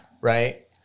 Right